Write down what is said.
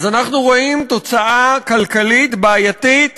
אז אנחנו רואים תוצאה כלכלית בעייתית